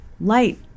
light